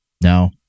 No